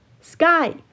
sky